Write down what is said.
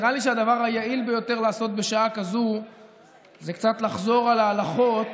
נראה לי שהדבר היעיל ביותר לעשות בשעה כזאת זה קצת לחזור על ההלכות